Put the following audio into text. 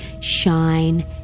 shine